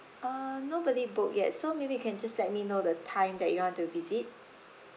uh nobody book yet so maybe you can just let me know the time that you want to visit